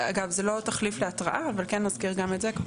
אגב, זה לא תחליף להתראה, אבל כן נזכיר גם את זה.